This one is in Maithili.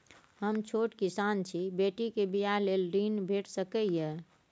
हम छोट किसान छी, बेटी के बियाह लेल ऋण भेट सकै ये?